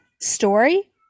Story